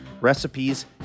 Recipes